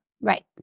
Right